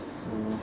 so